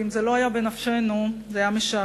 ואם זה לא היה בנפשנו זה היה משעשע.